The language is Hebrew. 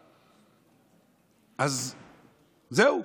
אז זהו,